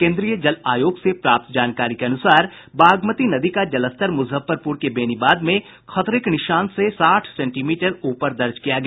केन्द्रीय जल आयोग से प्राप्त जानकारी के अनुसार बागमती नदी का जलस्तर मुजफ्फरपुर के बेनीबाद में खतरे के निशान से साठ सेंटीमीटर ऊपर दर्ज किया गया